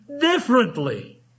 differently